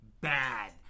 bad